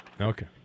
Okay